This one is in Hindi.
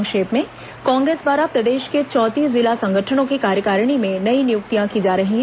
संक्षिप्त समाचार कांग्रेस द्वारा प्रदेश के चौंतीस जिला संगठनों की कार्यकारिणी में नई नियुक्तियां की जा रही है